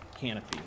canopy